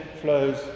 flows